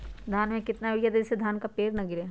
धान में कितना यूरिया दे जिससे धान का पेड़ ना गिरे?